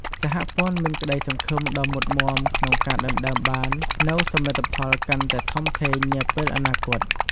សហព័ន្ធមានក្តីសង្ឃឹមដ៏មុតមាំក្នុងការដណ្ដើមបាននូវសមិទ្ធផលកាន់តែធំធេងនាពេលអនាគត។